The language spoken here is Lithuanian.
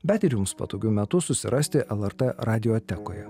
bet ir jums patogiu metu susirasti lrt radiotekoje